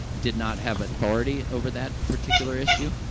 and did not have authority over that particular issue,